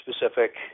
specific